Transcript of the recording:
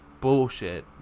bullshit